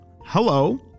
hello